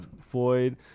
Floyd